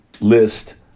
list